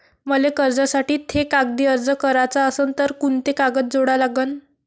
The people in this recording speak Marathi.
मले कर्जासाठी थे कागदी अर्ज कराचा असन तर कुंते कागद जोडा लागन?